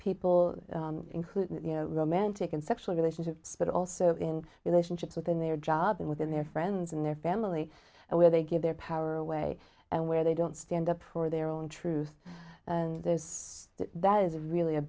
people including you know romantic and sexual relationships but also in relationships within their job and within their friends and their family and where they give their power away and where they don't stand up for their own truth and this that is really a